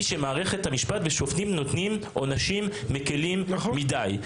שמערכת המשפט ושופטים נותנים עונשים מקלים מידי.